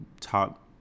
top